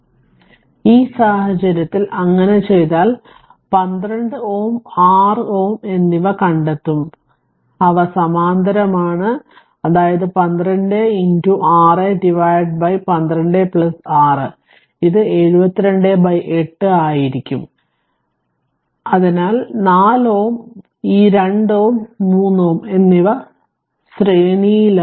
അതിനാൽ ഈ സാഹചര്യത്തിൽ അങ്ങനെ ചെയ്താൽ 12 Ω 6 Ω എന്നിവ കണ്ടെത്തും അവ സമാന്തരമാണ് അതായത് 12 6 12 6 ഇത് 72 8 ആയിരിക്കും അതിനാൽ 4 Ω ഈ 2 Ω 3Ω എന്നിവ ശ്രേണിയിലാണ്